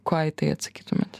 ką į tai atsakytumėte